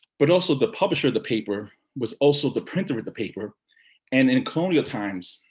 but also the publisher of the paper was also the printer of the paper and in colonial times,